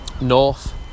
north